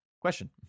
Question